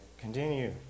continue